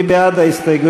מי בעד ההסתייגויות?